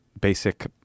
basic